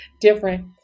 different